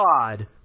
God